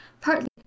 partly